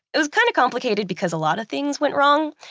it was kind of complicated, because a lot of things went wrong,